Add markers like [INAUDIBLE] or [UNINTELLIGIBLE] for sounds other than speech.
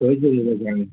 खंय तरी [UNINTELLIGIBLE]